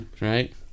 Right